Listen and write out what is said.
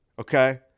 Okay